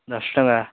ଦଶ ଟଙ୍କା